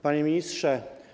Panie Ministrze!